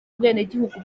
ubwenegihugu